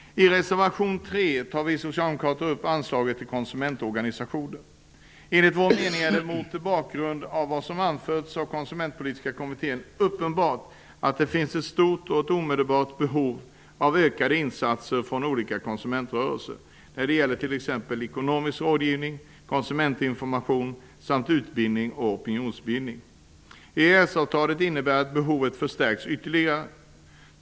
I reservation 3 tar vi socialdemokrater upp anslagen till konsumentorganisationer. Enligt vår mening är det mot bakgrund av vad som anförts av Konsumentpolitiska kommittén uppenbart att det finns ett stort behov av omedelbara ökade insatser från olika konsumentrörelser när det gäller t.ex. ekonomisk rådgivning, konsumentinformation, utbildning och opinionsbildning. EES-avtalet innebär att behovet förstärks ytterligare.